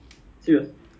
so I feel like